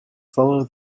follow